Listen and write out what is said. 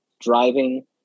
driving